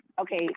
okay